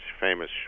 famous